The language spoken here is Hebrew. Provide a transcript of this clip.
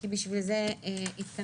כי בשביל זה התכנסנו.